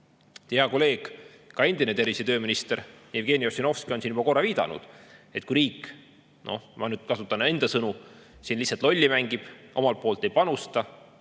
Hea kolleeg, ka endine tervise- ja tööminister Jevgeni Ossinovski on siin juba korra viidanud, et kui riik – ma nüüd kasutan enda sõnu – mängib lihtsalt lolli ja omalt poolt ei panusta,